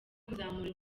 kuzamura